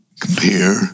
compare